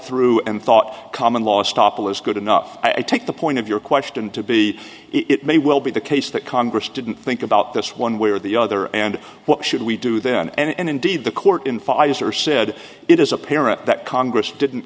through and thought common law stop was good enough i take the point of your question to be it may well be the case that congress didn't think about this one way or the other and what should we do then and indeed the court in pfizer said it is apparent that congress didn't